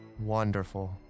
wonderful